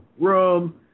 room